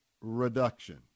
Reduction